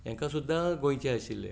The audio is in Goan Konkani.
हांकां सुद्दां गोंयचे आशिल्ले